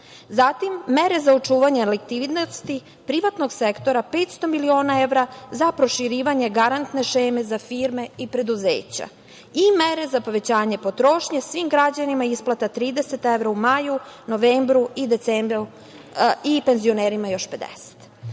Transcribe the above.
zatim mere za očuvanje likvidnosti privatnog sektora - 500 miliona evra za proširivanje garantne šeme za firme i preduzeća i mere za povećanje potrošnje svim građanima - isplata 30 evra u maju, novembru i penzionerima još 50